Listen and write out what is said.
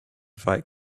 fight